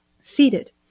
seated